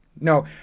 No